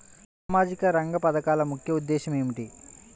సామాజిక రంగ పథకాల ముఖ్య ఉద్దేశం ఏమిటీ?